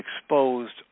exposed